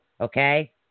Okay